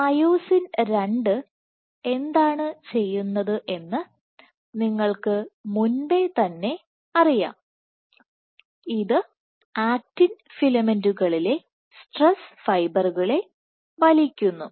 myosin II എന്താണ് ചെയ്യുന്നത് എന്ന് നിങ്ങൾക്ക് മുൻപേ തന്നെ അറിയാം ഇത് ആക്റ്റിൻ ഫിലമെന്റുകളിലെ സ്ട്രെസ് ഫൈബറുകളെ വലിക്കുന്നു